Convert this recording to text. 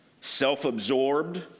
self-absorbed